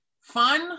fun